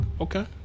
Okay